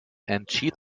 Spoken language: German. entschied